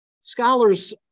Scholars